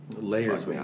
Layers